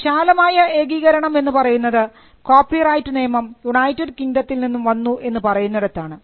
വിശാലമായ ഏകീകരണം എന്ന് പറയുന്നത് കോപ്പി റൈറ്റ് നിയമം യുണൈറ്റഡ് കിങ്ഡത്തിൽ നിന്ന് വന്നു എന്ന് പറയുന്നിടത്താണ്